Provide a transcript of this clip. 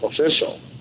official